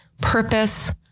purpose